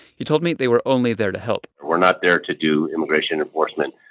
he told me they were only there to help we're not there to do immigration enforcement.